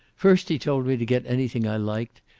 first he told me to get anything i liked,